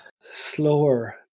slower